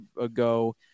ago